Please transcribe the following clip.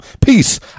Peace